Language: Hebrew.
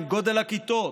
גודל הכיתות,